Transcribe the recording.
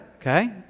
okay